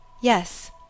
Yes